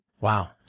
Wow